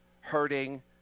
hurting